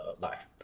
life